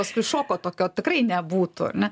paskui šoko tokio tikrai nebūtų ar ne